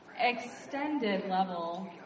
extended-level